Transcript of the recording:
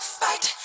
fight